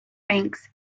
ranks